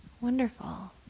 Wonderful